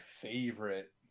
favorite